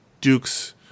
Duke's